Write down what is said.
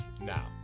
now